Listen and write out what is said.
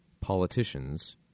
politicians